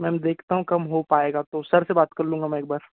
ma'am देखता हूँ कम हो पाएगा तो सर से बात कर लूँगा मैं एक बार